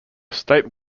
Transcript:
state